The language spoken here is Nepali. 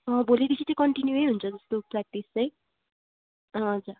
अँ भोलिदेखि चैँ कन्टिनिवै हुन्छ उसको प्राक्टिस चाहिँ हजार